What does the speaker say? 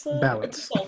Balance